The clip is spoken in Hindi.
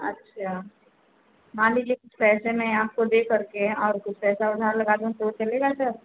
अच्छा मान लीजिए कुछ पैसे मैं आपको दे करके और कुछ पैसा उधार लगा दूँ तो चलेगा सर